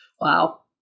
Wow